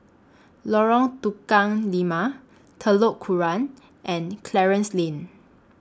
Lorong Tukang Lima Telok Kurau and Clarence Lane